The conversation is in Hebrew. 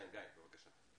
גיא, בבקשה.